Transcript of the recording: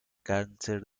cáncer